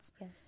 Yes